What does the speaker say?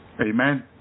Amen